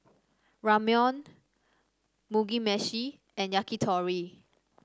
Ramyeon Mugi Meshi and Yakitori